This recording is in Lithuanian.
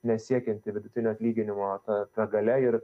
nesiekianti vidutinio atlyginimo ta ta galia ir